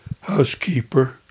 housekeeper